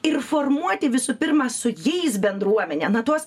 ir formuoti visų pirma su jais bendruomenę na tuos